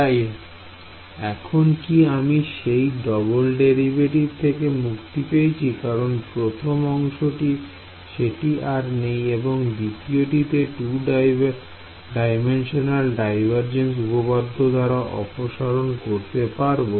তাহলে এখন কি আমি সেই ডবল ডেরিভেটিভ থেকে মুক্তি পেয়েছি কারণ প্রথম অংশটিতে সেটি আর নেই এবং দ্বিতীয়টিতে 2D ডাইভারজেন্স উপপাদ্য দ্বারা অপসারণ করতে পারব